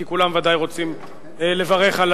כי כולם ודאי רוצים לברך על